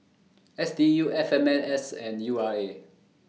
S D U F M N S S and U R A